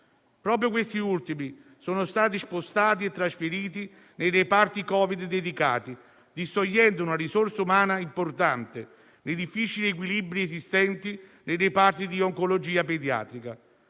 Proprio questi ultimi sono stati spostati e trasferiti nei reparti Covid dedicati, distogliendo una risorsa umana importante nei difficili equilibri esistenti nei reparti di oncologia pediatrica.